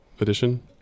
edition